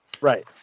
Right